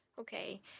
Okay